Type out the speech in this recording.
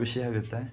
ಖುಷಿಯಾಗತ್ತೆ